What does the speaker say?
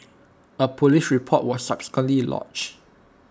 A Police report was subsequently lodged